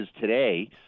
today